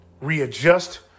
readjust